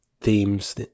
themes